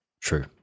True